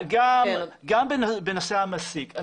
גם בנושא המסיק,